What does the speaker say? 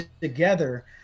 together